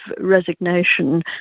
resignation